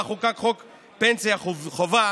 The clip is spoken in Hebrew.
שבה חוקק חוק פנסיה חובה,